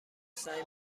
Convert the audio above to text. سعی